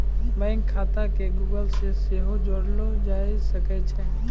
bank खाता के Google से सेहो जोड़लो जाय सकै छै